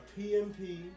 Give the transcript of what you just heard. PMP